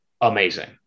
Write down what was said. amazing